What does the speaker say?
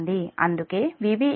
అందుకే Vb Vc 3 Zf Ia0